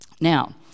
Now